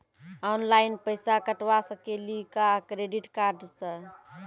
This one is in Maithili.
ऑनलाइन पैसा कटवा सकेली का क्रेडिट कार्ड सा?